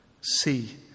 See